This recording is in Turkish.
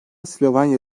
slovenya